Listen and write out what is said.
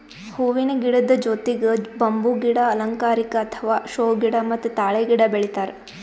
ಹೂವಿನ ಗಿಡದ್ ಜೊತಿಗ್ ಬಂಬೂ ಗಿಡ, ಅಲಂಕಾರಿಕ್ ಅಥವಾ ಷೋ ಗಿಡ ಮತ್ತ್ ತಾಳೆ ಗಿಡ ಬೆಳಿತಾರ್